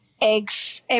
eggs